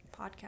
podcast